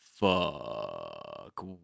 fuck